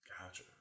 Gotcha